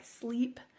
sleep